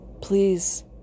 Please